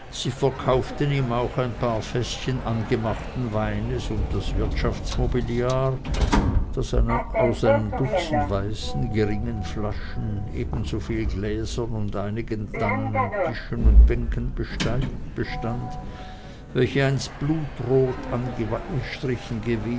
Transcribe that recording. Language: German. sie verkauften ihm auch ein paar fäßchen angemachten weines und das wirtschaftsmobiliar das aus einem dutzend weißen geringen flaschen ebensoviel gläsern und einigen tannenen tischen und bänken bestand welche einst blutrot